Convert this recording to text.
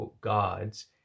Gods